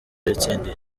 yatsindiye